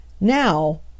Now